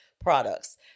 products